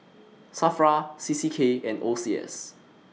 SAFRA C C K and O C S